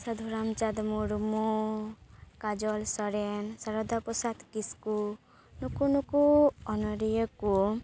ᱥᱟᱫᱷᱩᱨᱟᱢ ᱪᱟᱸᱫ ᱢᱩᱨᱢᱩ ᱠᱟᱡᱚᱱ ᱥᱚᱨᱮᱱ ᱥᱟᱨᱚᱫᱟ ᱯᱨᱚᱥᱟᱫ ᱠᱤᱥᱠᱩ ᱱᱩᱠᱩ ᱱᱩᱠᱩ ᱚᱱᱲᱦᱤᱭᱟᱹ ᱠᱚ